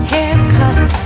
Haircut